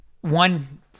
one